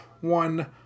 one